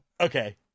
Okay